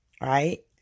right